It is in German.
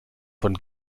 von